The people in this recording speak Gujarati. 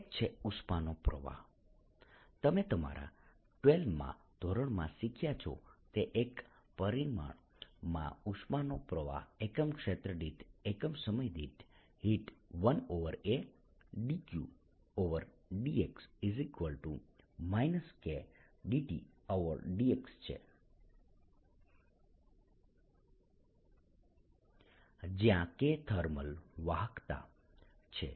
એક છે ઉષ્માનો પ્રવાહ તમે તમારા 12 મા ધોરણમાં શીખ્યા છો તે એક પરિમાણમાં ઉષ્માનો પ્રવાહ એકમ ક્ષેત્ર દીઠ એકમ સમય દીઠ હીટ 1A K છે જયાં K થર્મલ વાહકતા છે